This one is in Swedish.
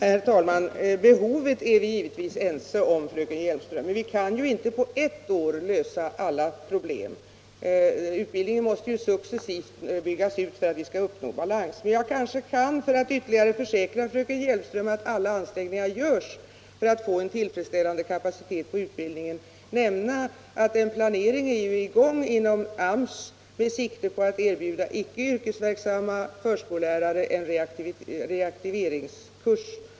Herr talman! Behovet av ytterligare personal är vi givetvis ense om, fröken Hjelmström. Men vi kan ju inte lösa alla problem på ett år. Utbildningen måste byggas ut successivt för att vi skall uppnå balans. Men för att ytterligare försäkra fröken Hjelmström om att alla ansträngningar görs för att åstadkomma en tillfredsställande utbildningskapacitet kan jag nämna att en plancring pågår inom AMS med sikte på att erbjuda icke yrkesverksamma förskollärare en reaktiveringskurs.